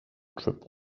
triple